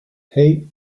hei